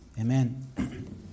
Amen